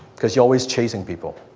cause you're always chasing people.